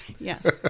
Yes